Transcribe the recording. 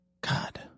God